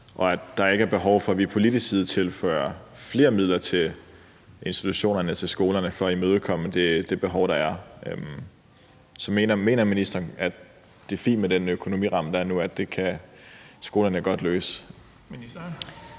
og at der ikke er behov for, at vi fra politisk side tilfører flere midler til institutionerne, til skolerne for at imødekomme det behov, der er? Så mener ministeren, at det er fint med den økonomiramme, der er nu, og at skolerne godt kan